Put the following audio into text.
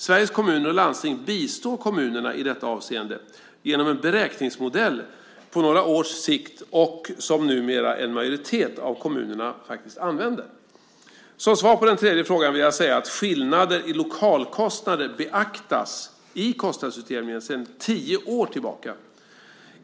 Sveriges Kommuner och Landsting bistår kommunerna i detta avseende genom en beräkningsmodell på några års sikt som numera en majoritet av kommunerna faktiskt använder. Som svar på den tredje frågan vill jag säga att skillnader i lokalkostnader beaktats i kostnadsutjämningen sedan tio år tillbaka.